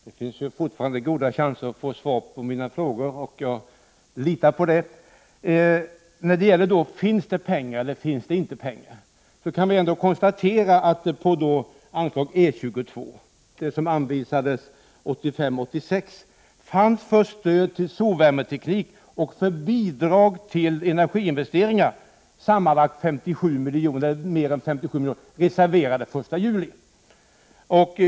Herr talman! Det finns fortfarande goda chanser till svar på mina frågor, och jag litar på att jag får svar. 101 Beträffande om det finns eller inte finns pengar: Under anslag E 22 som anvisades för budgetåret 1985/86 fanns det för stöd till solvärmeteknik, och för bidrag till energiinvesteringar var sammanlagt mer än 57 milj.kr. reserverade den 1 juli.